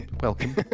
welcome